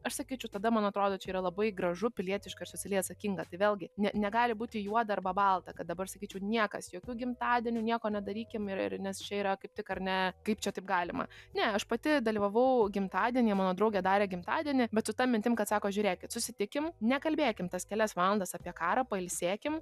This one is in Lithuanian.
aš sakyčiau tada man atrodo čia yra labai gražu pilietiška socialiai atsakinga vėlgi ne negali būti juoda arba balta kad dabar sakyčiau niekas jokių gimtadienių nieko nedarykim ir ir nes čia yra kaip tik ar ne kaip čia taip galima ne aš pati dalyvavau gimtadienyje mano draugė darė gimtadienį bet su ta mintim kad sako žiūrėkit susitikim nekalbėkim tas kelias valandas apie karą pailsėkim